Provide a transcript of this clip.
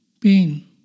pain